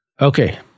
okay